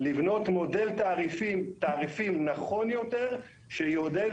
לבנות מודל תעריפים נכון יותר שיעודד